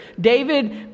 David